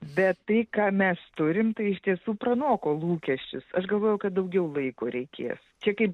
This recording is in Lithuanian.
bet tai ką mes turim tai iš tiesų pranoko lūkesčius aš galvojau kad daugiau laiko reikės čia kaip